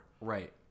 Right